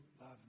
love